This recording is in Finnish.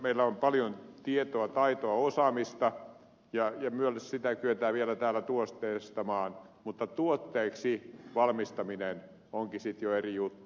meillä on paljon tietoa taitoa osaamista ja sitä kyetään täällä vielä tuotteistamaan mutta tuotteeksi valmistaminen onkin sitten jo eri juttu